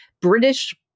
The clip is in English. British